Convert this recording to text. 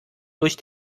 durch